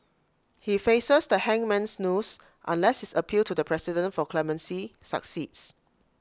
he faces the hangman's noose unless his appeal to the president for clemency succeeds